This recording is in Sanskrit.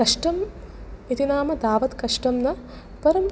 कष्टम् इति नाम तावत् कष्टं न परं